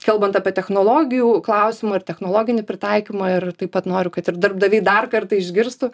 kalbant apie technologijų klausimą ir technologinį pritaikymą ir taip pat noriu kad ir darbdaviai dar kartą išgirstų